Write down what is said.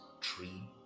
tree